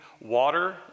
water